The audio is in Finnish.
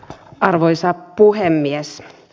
arvoisa puhemies